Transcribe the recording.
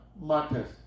matters